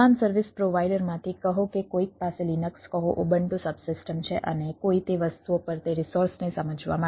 સમાન સર્વિસ પ્રોવાઈડરમાંથી કહો કે કોઈક પાસે લિનક્સ સબસિસ્ટમ છે અને કોઈ તે વસ્તુઓ પર તે રિસોર્સને સમજવા માટે